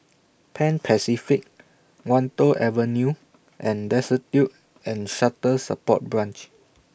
Pan Pacific Wan Tho Avenue and Destitute and Shelter Support Branch